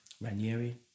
Ranieri